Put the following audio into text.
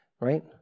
Right